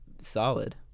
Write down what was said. solid